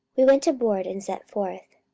we went aboard, and set forth.